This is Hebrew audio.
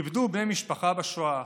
איבדו בני משפחה בשואה,